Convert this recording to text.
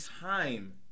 time